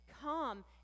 come